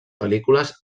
pel·lícules